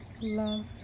love